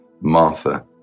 Martha